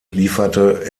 lieferte